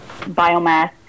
biomass